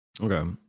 Okay